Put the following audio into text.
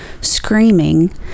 screaming